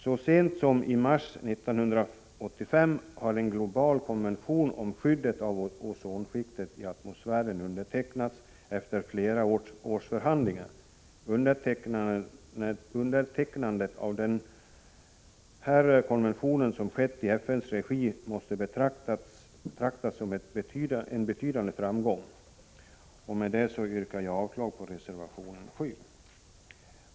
Så sent som i mars 1985 har en global konvention om skyddet av ozonskiktet i atmosfären undertecknats, efter flera års förhandlingar. Undertecknandet av den här konventionen, som skett i FN:s regi, måste betraktas som en betydande framgång. Jag yrkar därmed avslag på reservation 7.